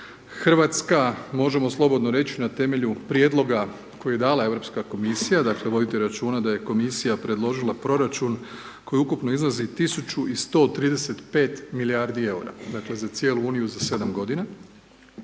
Hrvatska možemo slobodno reći, na temelju prijedloga koje je dala Europska komisija, dakle, voditi računa, da je Komisija, predložila proračun koji ukupno iznosi 1135 milijardi eura, dakle, za cijelu Uniju, za 7 g.